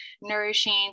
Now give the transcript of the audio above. nourishing